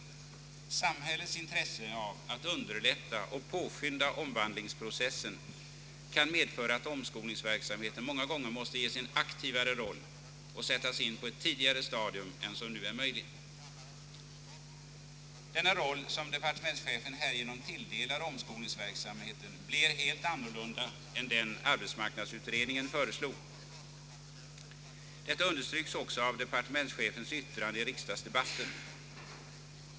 Samhällets intresse av att underlätta och påskynda omvandlingsprocessen kan medföra att omskolningsverksamheten många gånger måste ges en aktivare roll och sättas in på ett tidigare stadium än som nu är möjligt.» Denna roll som departementschefen härigenom tilldelar omskolningsverksamheten blir helt annorlunda än den arbetsmarknadsutredningen föreslog. Detta understryks också av departementschefens yttrande i riksdagsdebatten.